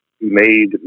made